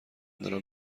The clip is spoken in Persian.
دارم